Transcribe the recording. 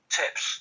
tips